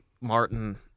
Martin